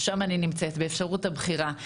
שם אני נמצאת, באפשרות הבחירה.